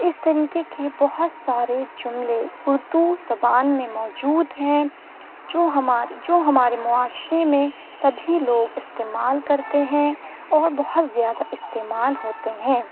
اس طریقے کے بہت سارے جملے اردو زبان میں موجود ہیں جوہمارے جو ہمارے معاشرے میں سبھی لوگ استعمال کرتے ہیں اور بہت زیادہ استعمال ہوتے ہیں